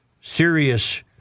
serious